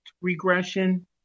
regression